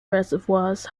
reservoirs